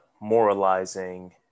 moralizing